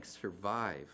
survive